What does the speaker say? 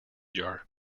jar